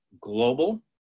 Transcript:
Global